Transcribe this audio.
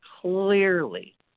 clearly